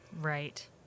Right